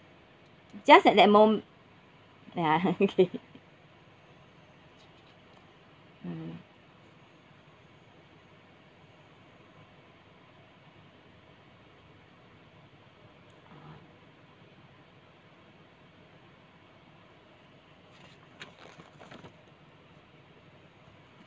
just at that mo~ ya okay mm oh